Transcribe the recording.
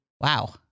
wow